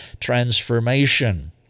transformation